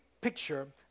picture